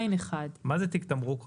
מה זה תיק תמרוק?